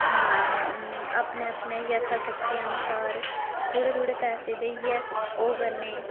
अपने अपने यथाशक्ति अनुसार थोह्ड़े थोह्ड़े पैसे देइयै ओह् करने